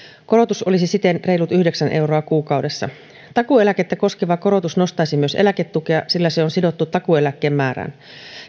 korotus olisi siten reilut yhdeksän euroa kuukaudessa takuueläkettä koskeva korotus nostaisi myös eläketukea sillä se on sidottu takuueläkkeen määrään